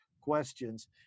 questions